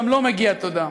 גם לו מגיעה תודה.